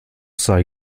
sei